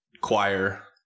choir